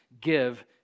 give